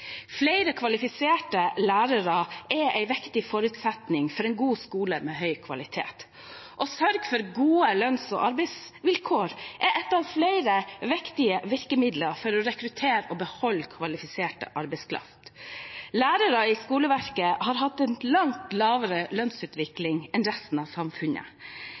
Flere kvalifiserte lærere er en viktig forutsetning for en god skole med høy kvalitet. Å sørge for gode lønns- og arbeidsvilkår er ett av flere viktige virkemidler for å rekruttere og beholde kvalifisert arbeidskraft. Lærerne i skoleverket har hatt en langt lavere lønnsutvikling enn resten av samfunnet.